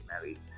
married